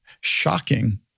shocking